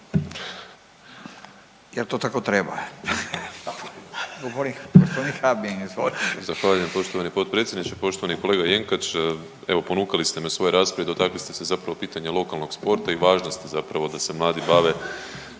Jel' to tako treba.